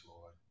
Lord